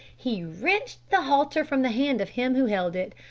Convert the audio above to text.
he wrenched the halter from the hand of him who held it,